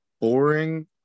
boring